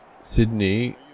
Sydney